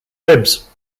ribs